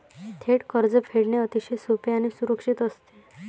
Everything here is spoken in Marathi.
थेट कर्ज फेडणे अतिशय सोपे आणि सुरक्षित असते